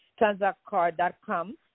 transactcard.com